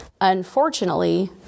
Unfortunately